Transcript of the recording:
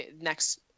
next